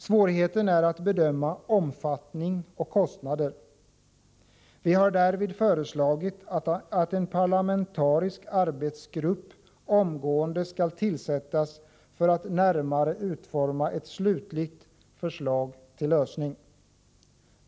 Svårigheten är att bedöma omfattning och kostnader. Vi har därvid föreslagit att en parlamentarisk arbetsgrupp omedelbart skall tillsättas för att närmare utforma ett slutligt förslag till lösning.